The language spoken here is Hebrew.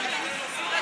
אופיר,